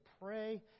pray